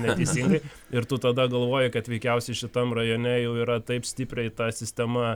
neteisingai ir tu tada galvoji kad veikiausiai šitam rajone jau yra taip stipriai ta sistema